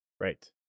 Right